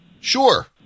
Sure